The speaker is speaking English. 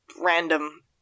random